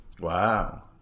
Wow